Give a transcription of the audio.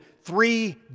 three